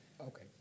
Okay